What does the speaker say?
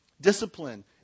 discipline